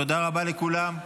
תודה רבה לכולם.